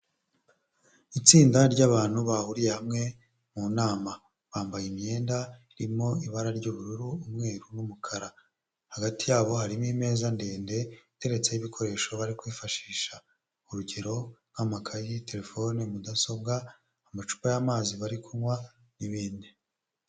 Itsinda ry'abantu bahuriye hamwe mu nama, bambaye imyenda irimo ibara ry'ubururu, umweru, n'umukara. Hagati yabo harimo imeza ndende iteretseho ibikoresho bari kwifashisha. Uruger;o nk'amakaye, telefone, mudasobwa, amacupa y'amazi bari kunywa n'ibindi.